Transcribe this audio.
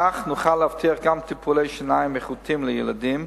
כך נוכל להבטיח גם טיפולי שיניים איכותיים לילדים,